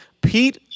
pete